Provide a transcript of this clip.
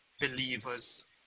believers